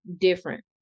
different